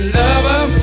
lover